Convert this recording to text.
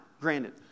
granted